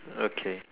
okay